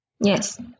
Yes